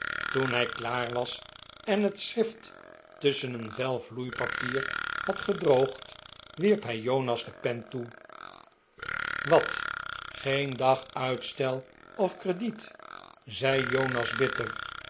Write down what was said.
toen hij klaar was en het schrift tusschem een vel vloeipapier had gedroogd wierp hij jonas de pen toe wat geen dag uitstel of crediet zei jonas bitter